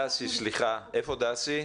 סליחה, דסי.